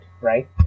Right